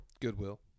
Goodwill